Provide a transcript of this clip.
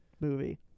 movie